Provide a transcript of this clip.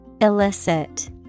Illicit